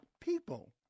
people